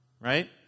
right